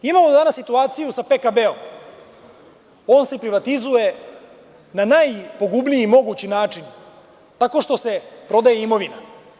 Imamo danas situaciju sa PKB, on se privatizuje na najpogubniji mogući način, tako što se prodaje imovina.